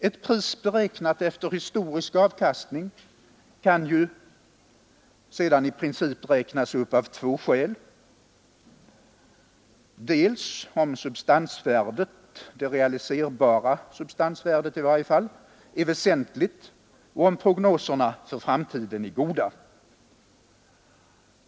Ett pris beräknat efter historisk avkastning kan naturligtvis i princip räknas upp, dels om det realiserbara substansvärdet är väsentligt, dels om prognoserna för framtiden är goda.